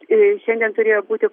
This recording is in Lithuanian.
a šiandien turėjo būti